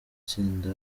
tsinda